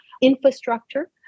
infrastructure